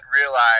realize